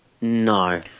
No